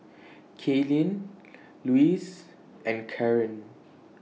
Kalyn Louise and Corene